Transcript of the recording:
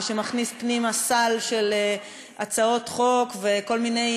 שמכניס פנימה סל של הצעות חוק וכל מיני